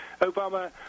Obama